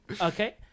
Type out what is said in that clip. Okay